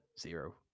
zero